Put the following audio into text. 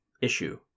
issue